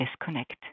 disconnect